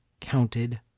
counted